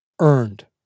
Earned